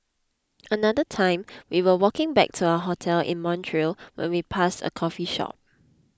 another time we were walking back to our hotel in Montreal when we passed a coffee shop